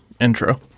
intro